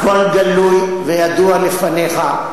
הכול גלוי וידוע לפניך.